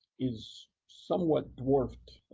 is somewhat dwarfed